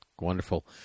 Wonderful